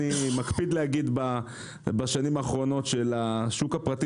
אני מקפיד להגיד בשנים האחרונות שלשוק הפרטי